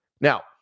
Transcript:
Now